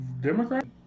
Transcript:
Democrat